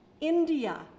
India